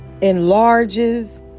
enlarges